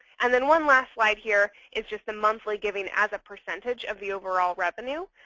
and then one last slide here is just the monthly giving as a percentage of the overall revenue.